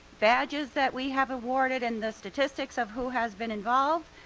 badges that we have awarded and the statistics of who has been involved.